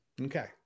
Okay